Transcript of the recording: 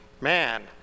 man